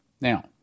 Now